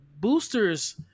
boosters